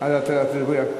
אז אני אברך מהמקום.